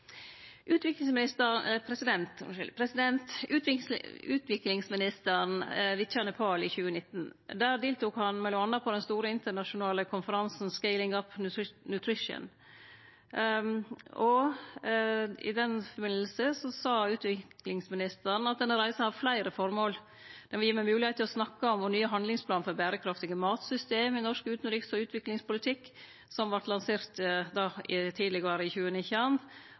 Utviklingsministeren vitja Nepal i 2019. Der deltok han m.a. på den store internasjonale konferansen «Scaling up nutrition». I samband med det sa utviklingsministeren: «Denne reisen har flere formål. Den vil gi meg mulighet til å snakke om vår nye handlingsplan for bærekraftige matsystemer i norsk utenriks- og utviklingspolitikk, som ble lansert i sommer. Reisen gir også en viktig anledning til dialog med myndighetene og andre partnere i